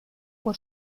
por